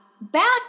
back